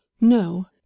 no